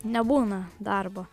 nebūna darbo